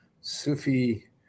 Sufi